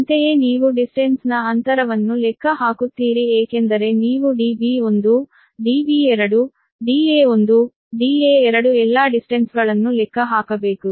ಅಂತೆಯೇ ನೀವು ದೂರದ ಅಂತರವನ್ನು ಲೆಕ್ಕ ಹಾಕುತ್ತೀರಿ ಏಕೆಂದರೆ ನೀವು Db1 Db2 Da1 Da2 ಎಲ್ಲಾ ದೂರಗಳನ್ನು ಲೆಕ್ಕ ಹಾಕಬೇಕು